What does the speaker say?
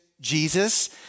Jesus